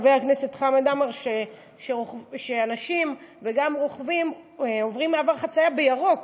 חבר הכנסת חמד עמאר: אנשים וגם רוכבים עוברים במעבר חציה בירוק,